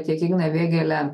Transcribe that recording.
tiek igną vėgėlę